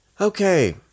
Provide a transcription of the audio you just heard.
Okay